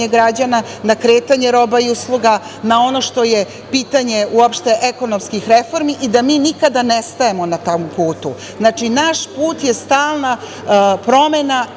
građana, na kretanje roba i usluga, na ono što je pitanje uopšte ekonomskih reformi i da mi nikada ne stajemo na tom putu. Znači, naš put je stalna promena